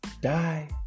Die